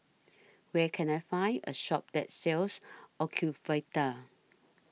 Where Can I Find A Shop that sells Ocuvite